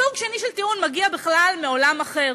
סוג שני של טיעון מגיע בכלל מעולם אחר,